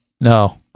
No